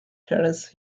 terence